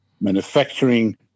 manufacturing